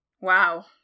Wow